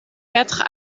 quatre